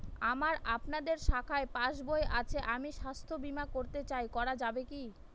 আমার আপনাদের শাখায় পাসবই আছে আমি স্বাস্থ্য বিমা করতে চাই করা যাবে কি?